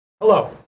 Hello